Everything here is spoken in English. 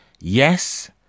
Yes